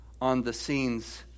on-the-scenes